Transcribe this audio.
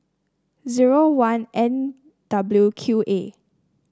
zero one N W Q A